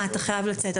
אתה חייב לצאת?